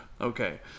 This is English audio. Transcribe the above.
Okay